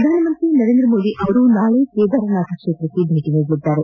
ಪ್ರಧಾನಮಂತ್ರಿ ನರೇಂದ್ರ ಮೋದಿ ಅವರು ನಾಳೆ ಕೇದಾರನಾಥ ಕ್ಷೇತ್ರಕ್ಕೆ ಭೇಟಿ ನೀಡಲಿದ್ದಾರೆ